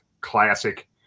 classic